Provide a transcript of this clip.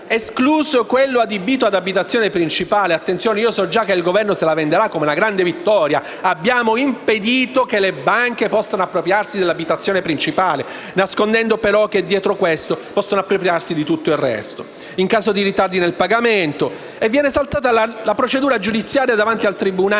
esclusione del bene adibito ad abitazione principale. Attenzione, so già che il Governo farà apparire ciò come una grande vittoria, dicendo che ha impedito che le banche possano appropriarsi dell'abitazione principale, nascondendo però che, dietro questo, possono appropriarsi di tutto il resto in caso di ritardi nel pagamento. Viene saltata la procedura giudiziaria davanti al tribunale,